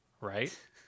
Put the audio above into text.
right